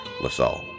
LaSalle